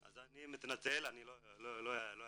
אני מתנצל, לא ידעתי.